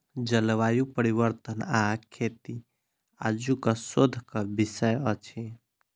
जलवायु परिवर्तन आ खेती आजुक शोधक विषय अछि